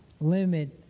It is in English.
limit